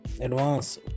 advance